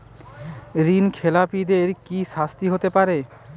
ঋণ খেলাপিদের কি শাস্তি হতে পারে?